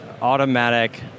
automatic